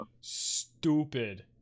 stupid